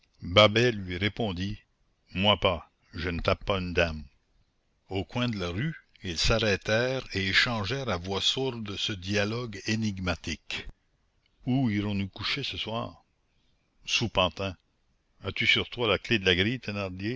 babet lui répondit moi pas je ne tape pas une dame au coin de la rue ils s'arrêtèrent et échangèrent à voix sourde ce dialogue énigmatique où irons-nous coucher ce soir sous pantin as-tu sur toi la clef de la grille